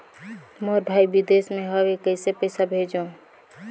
मोर भाई विदेश मे हवे कइसे पईसा भेजो?